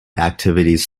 activities